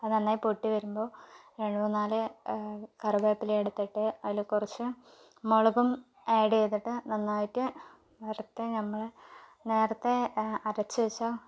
അത് നന്നായി പൊട്ടി വരുമ്പോൾ രണ്ട് മൂന്നാല് കറുവേപ്പില എടുത്തിട്ട് അതില് കുറച്ച് മുളകും ഏഡ്ഡ് ചെയ്തിട്ട് നന്നായിട്ട് നേരത്തെ നമ്മൾ നേരത്തെ അരച്ച് വച്ച